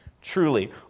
truly